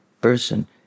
person